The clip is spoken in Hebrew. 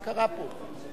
מה קרה פה?